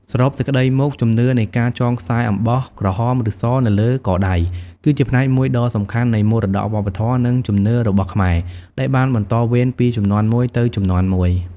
សរុបសេចក្ដីមក ជំនឿនៃការចងខ្សែអំបោះក្រហម ឬស នៅលើកដៃ គឺជាផ្នែកមួយដ៏សំខាន់នៃ មរតកវប្បធម៌ និងជំនឿរបស់ខ្មែរ ដែលបានបន្តវេនពីជំនាន់មួយទៅជំនាន់មួយ។